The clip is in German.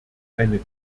eine